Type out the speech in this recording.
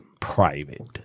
private